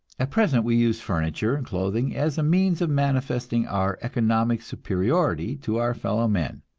at present we use furniture and clothing as a means of manifesting our economic superiority to our fellowmen.